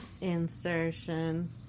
Insertion